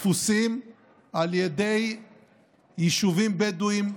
תפוסים על ידי יישובים בדואיים,